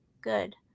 good